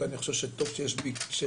אני חושב שטוב שיש ביקורת,